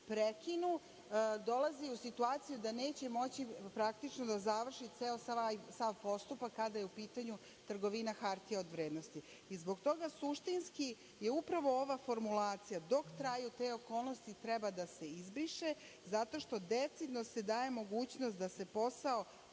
prekinu, dolazi u situaciju da neće moći praktično da završi sav postupak, kada je u pitanju trgovina hartija od vrednosti. Zbog toga suštinski je upravo ova formulacija – dok traju te okolnosti treba da se izbriše, zato što decidno se daje mogućnost da se posao